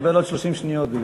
תקבל עוד 30 שניות בגלל,